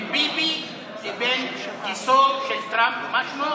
ביבי לבין גיסו של טראמפ, מה שמו?